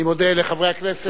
אני מודה לחברי הכנסת,